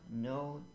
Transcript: no